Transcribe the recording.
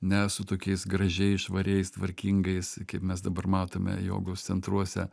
ne su tokiais gražiais švariais tvarkingais kaip mes dabar matome jogos centruose